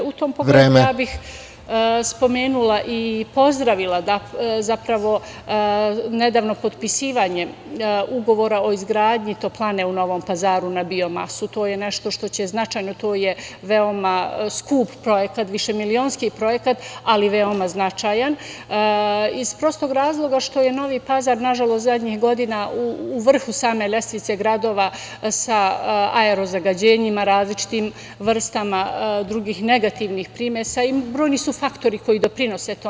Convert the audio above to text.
U tom pogledu spomenula i pozdravila, zapravo nedavno potpisivanje Ugovora o izgradnji toplane u Novom Pazaru na biomasu, to je nešto što će značajno, to je veoma skup projekat, više milionski projekat, ali veoma značajan iz prostog razloga što je Novi Pazar nažalost zadnjih godina u vrhu same lestvice gradova sa aerozagađenjima različitim vrstama, drugih negativnih primesa i brojni su faktori koji doprinose tome…